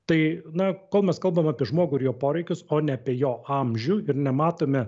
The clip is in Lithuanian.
tai na kol mes kalbam apie žmogų ir jo poreikius o ne apie jo amžių ir nematome